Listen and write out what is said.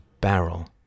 barrel